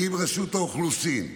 עם רשות האוכלוסין.